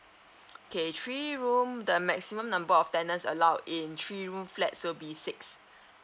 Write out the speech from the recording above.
okay three room the maximum number of tenants allowed in three room flat so it'll be six